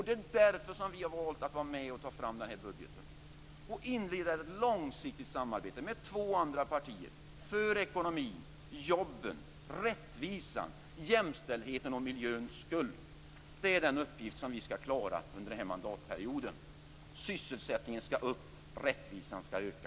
Det är därför som vi har valt att vara med om att ta fram den här budgeten och inleda ett långsiktigt samarbete med två andra partier: för ekonomins, jobbens, rättvisans, jämställdhetens och miljöns skull. Det är den uppgift som vi skall klara under den här mandatperioden. Sysselsättningen skall upp, och rättvisan skall öka.